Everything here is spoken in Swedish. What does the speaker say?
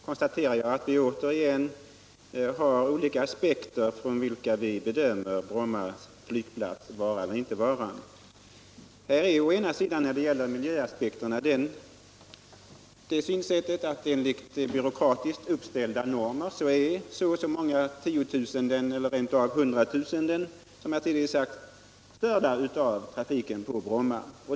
Herr talman! Jag konstaterar att vi trots allt bedömer frågan om Bromma flygplats vara eller inte vara ur olika aspekter. Här finns när det gäller miljöaspekterna det synsättet att enligt byråkratiskt uppställda normer så och så många tiotusenden eller rent av hundratusenden är störda av trafiken på Bromma.